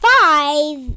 five